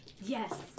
Yes